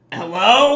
Hello